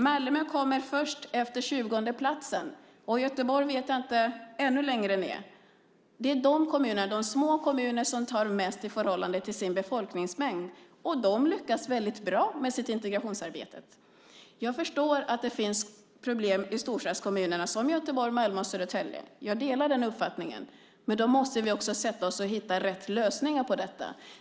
Malmö kommer först efter 20:e plats och Göteborg ännu längre ned. Det är de små kommunerna som tar emot flest i förhållande till sin befolkningsnämnd. De lyckas väldigt bra med sitt integrationsarbete. Jag förstår att det finns problem i storstadskommuner som Göteborg, Malmö och Södertälje. Jag delar den uppfattningen. Men då måste vi också hitta rätt lösningar på detta.